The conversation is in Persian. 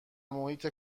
محیط